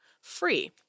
free